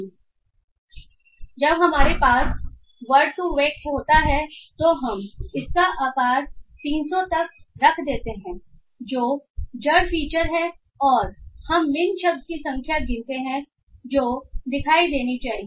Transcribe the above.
इसलिए जब हमारे पास वर्ड2वेक होता है तो हम इसका आकार 300 तक रख देते हैं जो जड़ फीचर है और हम मिन शब्द की संख्या गिनते हैं जो दिखाई देनी चाहिए